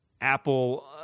apple